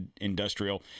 industrial